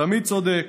תמיד צודק.